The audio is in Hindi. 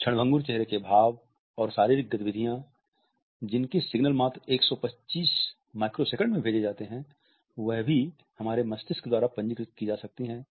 क्षणभंगुर चेहरे के भाव और शारीरिक गतिविधियाँ जिनके सिग्नल मात्र 125 माइक्रोसेकंड में भेजे जाते हैं वह भी हमारे मस्तिष्क द्वारा पंजीकृत की जा सकती हैं